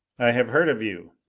i have heard of you.